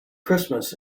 christmas